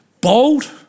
Bold